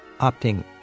opting